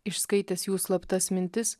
išskaitęs jų slaptas mintis